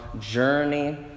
journey